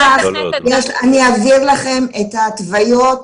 אני אעביר לכם את ההתוויות,